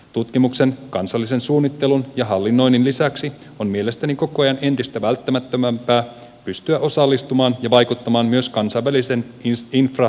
tutkimuksen kansallisen suunnittelun ja hallinnoinnin lisäksi on mielestäni koko ajan entistä välttämättömämpää pystyä osallistumaan ja vaikuttamaan myös kansainvälisen infrastruktuurin kehitykseen